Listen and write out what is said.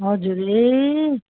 हजुर ए